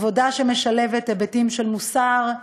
עבודה שמשלבת היבטים של מוסר,